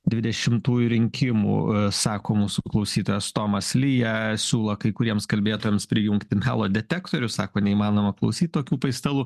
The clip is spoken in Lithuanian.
dvidešimtųjų rinkimų sako mūsų klausytojas tomas lija siūlo kai kuriems kalbėtojams prijungti melo detektorius sako neįmanoma klausyt tokių paistalų